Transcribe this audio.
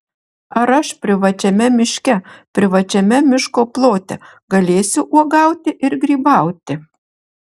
ar aš privačiame miške privačiame miško plote galėsiu uogauti ir grybauti